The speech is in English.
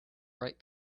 write